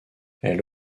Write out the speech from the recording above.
elle